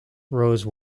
rose